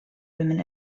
women